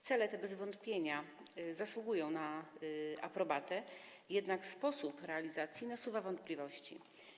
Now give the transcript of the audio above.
Cele te bez wątpienia zasługują na aprobatę, jednak sposób realizacji nasuwa wątpliwości.